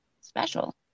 special